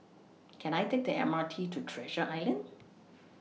Can I Take The M R T to Treasure Island